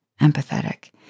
empathetic